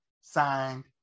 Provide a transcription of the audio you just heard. signed